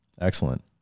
Excellent